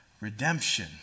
redemption